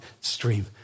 stream